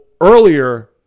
earlier